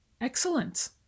excellent